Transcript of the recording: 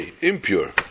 impure